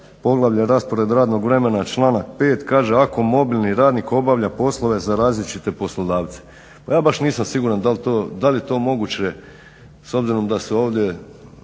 poglavlje raspored radnog vremena, članak 5. kaže: Ako mobilni radnik obavlja poslove za različite poslodavce. Pa ja baš nisam siguran da li je to moguće s obzirom da se ovdje